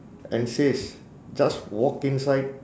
and says just walk inside